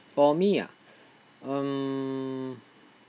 for me ah mm